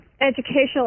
educational